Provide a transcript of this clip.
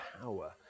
power